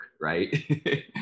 right